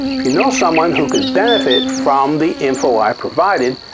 if you know someone who could benefit from the info i provided,